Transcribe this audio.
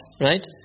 right